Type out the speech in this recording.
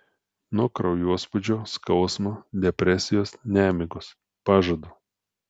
nuo kraujospūdžio skausmo depresijos nemigos pažadu